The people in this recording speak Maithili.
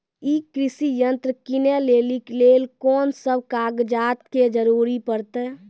ई कृषि यंत्र किनै लेली लेल कून सब कागजात के जरूरी परतै?